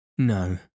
No